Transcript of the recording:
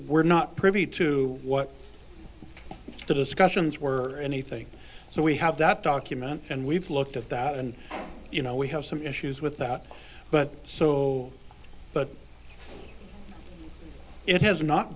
we're not privy to what the discussions were anything so we have that documents and we've looked at that and you know we have some issues with that but so but it has not